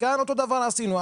כאן אותו דבר עשינו.